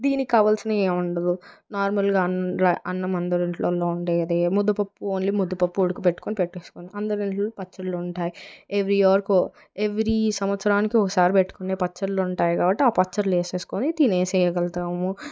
దీనికి కావాల్సిన ఏముండదు నార్మల్గా అ రై అన్నం అందరి ఇంట్లో ఉండేదే ముద్దపప్పు ఓన్లీ ముద్దపప్పు ఉడక పెట్టుకుని పెట్టేసుకొని అందరి ఇంట్లో పచ్చళ్ళు ఉంటాయి ఎవ్రీ ఇయర్కు ఎవ్రీ సంవత్సరానికి ఒకసారి పెట్టుకునే పచ్చళ్ళు ఉంటాయి కాబట్టి ఆ పచ్చళ్ళు వేసేసుకొని తినేసేయగలుతాం